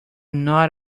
not